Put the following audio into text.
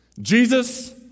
Jesus